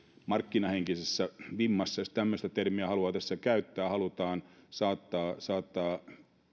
markkinahenkisessä vimmassa jos tämmöistä termiä haluaa tässä käyttää halutaan saattaa saattaa